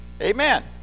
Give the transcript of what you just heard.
Amen